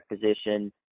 position